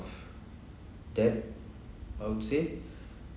debt I would say